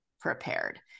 prepared